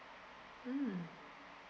mm